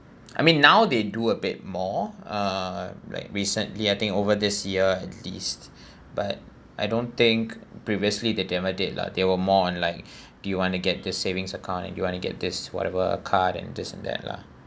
I mean now they do a bit more uh like recently I think over this year at least but I don't think previously the never did lah they were more on like do you want to get the savings account do you want to get this whatever card and this and that lah